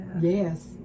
Yes